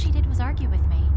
she did was argue with me